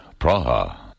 Praha